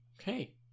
okay